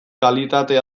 kalitate